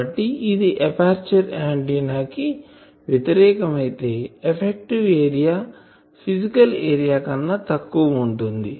కాబట్టి ఇది aperture antenna కి వ్యతిరేకం అయితే ఎఫెక్టివ్ ఏరియా ఫిసికల్ ఏరియా కన్నా తక్కువ ఉంటుంది